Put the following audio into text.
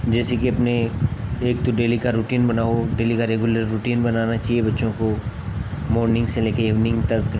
जैसे कि अपने एक तो डेली का रूटीन बनाओ डेली का रेगुलर रूटीन बनाना चाहिए बच्चों को मॉर्निंग से लेकर ईवनिंग तक